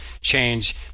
change